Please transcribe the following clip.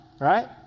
right